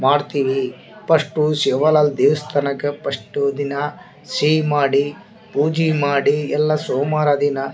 ಮಾಡ್ತೀವಿ ಪಷ್ಟು ಶಿವಾಲಾಲ್ ದೇವ್ಸ್ಥಾನಕ್ಕೆ ಪಷ್ಟು ಇದಿನ್ನ ಸಿಹಿ ಮಾಡಿ ಪೂಜೆ ಮಾಡಿ ಎಲ್ಲ ಸೋಮವಾರ ದಿನ